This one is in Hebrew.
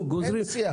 גם פנסיה.